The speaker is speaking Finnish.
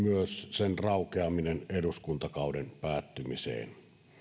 sen raukeaminen eduskuntakauden päättymiseen